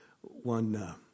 one